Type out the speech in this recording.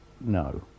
no